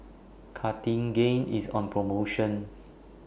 Cartigain IS on promotion